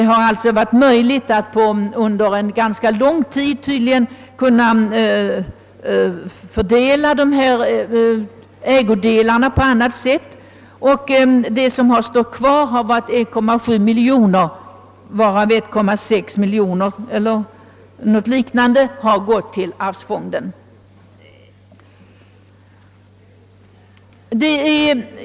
Här har det alltså varit möjligt att under ganska lång tid fördela ägodelarna på annat sätt, och av det som ursprungligen har varit ungefär 7 miljoner kronor har 1,6 eller något liknande gått till allmänna arvsfonden.